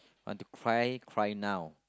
I want to find prime now